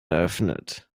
öffnet